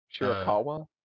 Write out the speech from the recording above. Shirakawa